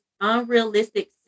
unrealistic